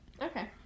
Okay